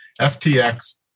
FTX